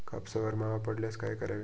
कापसावर मावा पडल्यास काय करावे?